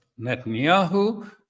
netanyahu